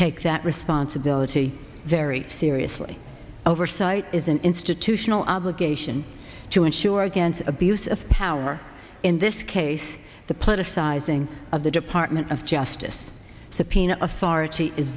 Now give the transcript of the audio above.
take that responsibility very seriously oversight is an institutional obligation to ensure against abuse of power in this case the politicizing of the department of justice subpoena authority is